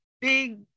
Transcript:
big